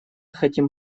хотим